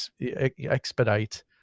expedite